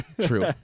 true